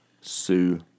sue